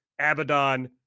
Abaddon